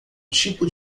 tipo